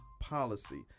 policy